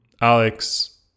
Alex